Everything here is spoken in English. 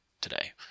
today